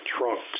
trunks